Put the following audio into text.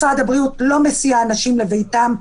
משרד הבריאות לא מסיע אנשים לביתם,